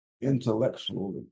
intellectually